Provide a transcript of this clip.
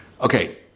Okay